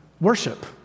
worship